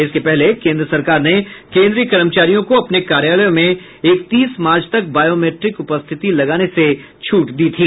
इसके पहले केन्द्र सरकार ने केन्द्रीय कर्मचारियों को अपने कार्यालयों में इकतीस मार्च तक बॉयोमीट्रिक उपस्थिति लगाने से छूट दी थी